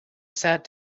sat